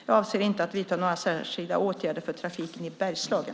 Jag avser inte att vidta några särskilda åtgärder för trafiken i Bergslagen.